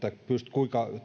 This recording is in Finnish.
kuinka